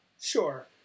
sure